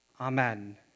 Amen